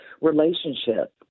relationship